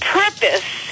purpose